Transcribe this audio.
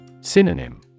Synonym